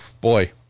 boy